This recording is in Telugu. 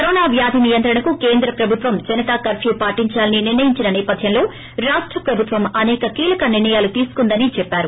కరోనా వ్యాధి నియంత్రణకు కేంద్ర ప్రభుత్వం జనతా కర్న్నా పాటిందాలని నిర్ణయించిన సేపధ్యంలో రాష్ట ప్రభుత్వం అసేక కీలక నిర్ణయాలు తీసుకుందని చెప్పారు